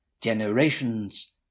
generations